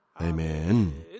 Amen